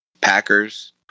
Packers